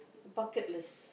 bucket list